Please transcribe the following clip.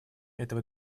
этого